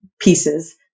pieces